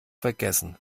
vergessen